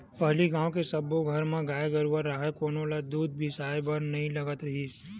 पहिली गाँव के सब्बो घर म गाय गरूवा राहय कोनो ल दूद बिसाए बर नइ लगत रिहिस